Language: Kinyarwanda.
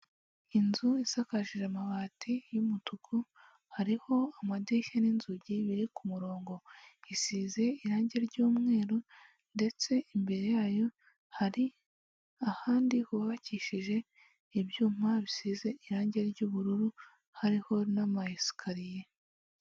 Inzu isakashije amabati y'umutuku, hariho amadirishya n'inzugi biri ku murongo. Isize irangi ry'umweru ndetse imbere yayo hari ahandi hubakishije ibyuma bisize irangi ry'ubururu, hariho n'amayesikariye.